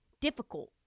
difficult